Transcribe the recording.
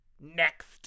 Next